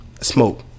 Smoke